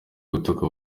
gutuka